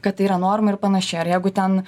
kad tai yra norma ir panašiai ar jeigu ten